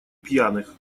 пьяных